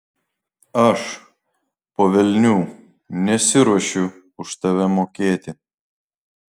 aš po velnių nesiruošiu už tave mokėti